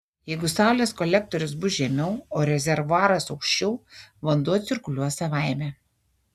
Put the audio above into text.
jeigu saulės kolektorius bus žemiau o rezervuaras aukščiau vanduo cirkuliuos savaime